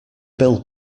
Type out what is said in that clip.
bill